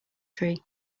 tree